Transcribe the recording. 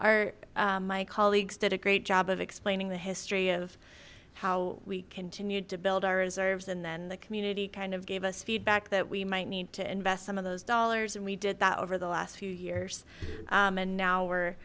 our my colleagues did a great job of explaining the history of how we continued to build our reserves and then the community kind of gave us feedback that we might need to invest some of those dollars and we did that over the last few years and now we're